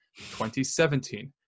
2017